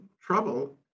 trouble